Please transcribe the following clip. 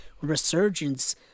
resurgence